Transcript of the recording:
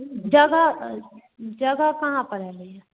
जगह जगह कहाँ पर है भैया